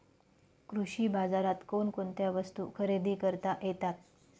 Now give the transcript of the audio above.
कृषी बाजारात कोणकोणत्या वस्तू खरेदी करता येतात